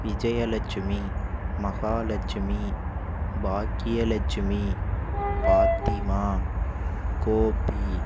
Vijayalakshmi Mahalakshmi Bhagyalakshmi Fathima Gopi